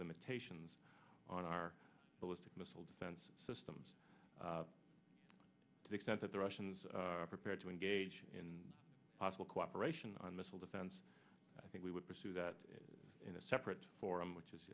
limitations on our missile defense systems to the extent that the russians are prepared to engage in possible cooperation on missile defense i think we would pursue that in a separate forum which is